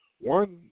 One